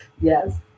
Yes